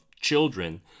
children